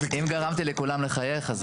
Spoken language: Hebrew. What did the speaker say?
אם גרמתי לכולם לחייך.